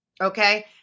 Okay